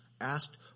asked